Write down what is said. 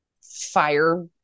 fire